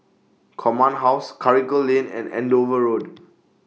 Command House Karikal Lane and Andover Road